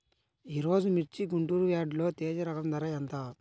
ఈరోజు మిర్చి గుంటూరు యార్డులో తేజ రకం ధర ఎంత?